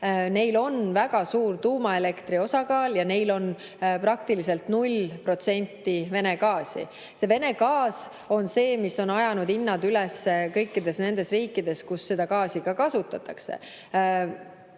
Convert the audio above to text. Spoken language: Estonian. Neil on väga suur tuumaelektri osakaal ja neil on praktiliselt null protsenti Vene gaasi. Vene gaas on see, mis on ajanud hinnad üles kõikides nendes riikides, kus gaasi kasutatakse.